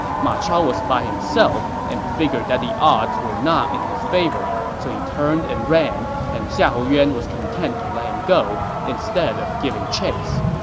ma chao was by himself and figured the odds were not in his favor, so he turned and ran, and xiahou yuan was content to let him go instead of giving chase